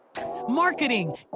marketing